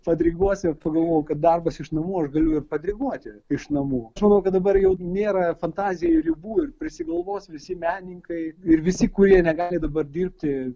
padiriguosiu pagalvojau kad darbas iš namų aš galiu ir padiriguoti iš namų aš manau kad dabar jau nėra fantazijai ribų ir prisigalvos visi menininkai ir visi kurie negali dabar dirbti